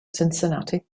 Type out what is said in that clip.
cincinnati